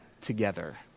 together